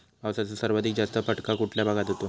पावसाचा सर्वाधिक जास्त फटका कुठल्या भागात होतो?